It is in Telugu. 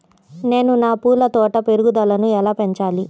నేను నా పూల తోట పెరుగుదలను ఎలా పెంచాలి?